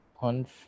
Punch